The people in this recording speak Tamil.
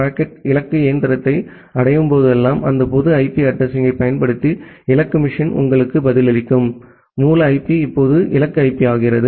பாக்கெட் இலக்கு இயந்திரத்தை அடையும் போதெல்லாம் அந்த பொது ஐபி அட்ரஸிங் யைப் பயன்படுத்தி இலக்கு மெஷின் உங்களுக்கு பதிலளிக்கும் மூல ஐபி இப்போது இலக்கு ஐபி ஆகிறது